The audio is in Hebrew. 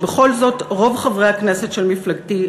בכל זאת רוב חברי הכנסת של מפלגתי,